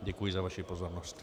Děkuji za vaši pozornost.